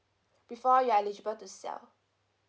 before you're eligible to sell